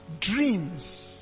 dreams